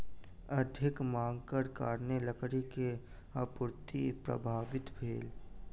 अधिक मांगक कारण लकड़ी के आपूर्ति प्रभावित भेल